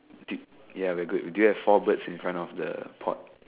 do ya we're good do you have four birds in front of the pot